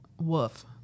Woof